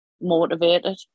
motivated